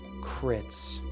Crits